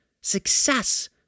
Success